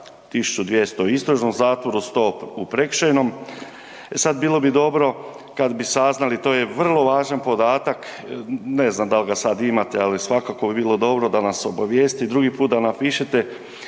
1200 u istražnom zatvoru, 100 u prekršajnom. E sad, bilo bi dobro kad bi saznali, to je vrlo važan podatak, ne znam dal ga sad imate, ali svakako bi bilo dobro da nas obavijesti, drugi put da napišete